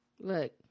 Look